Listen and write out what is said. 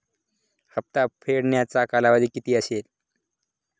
हप्ता फेडण्याचा कालावधी किती असेल?